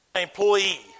employee